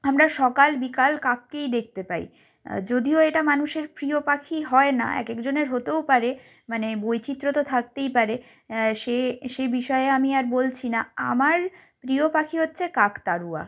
আমরা সকাল বিকাল কাককেই দেখতে পাই যদিও এটা মানুষের প্রিয় পাখি হয় না এক একজনের হতেও পারে মানে বৈচিত্র্য তো থাকতেই পারে সে সে বিষয়ে আমি আর বলছি না আমার প্রিয় পাখি হচ্ছে কাকতাড়ুয়া